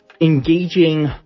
engaging